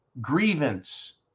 grievance